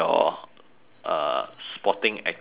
uh sporting activity